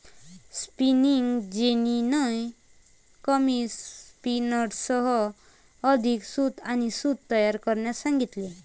spinning जेनीने कमी स्पिनर्ससह अधिक सूत आणि सूत तयार करण्यास सांगितले